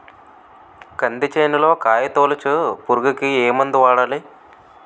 కంది చేనులో కాయతోలుచు పురుగుకి ఏ మందు వాడాలి?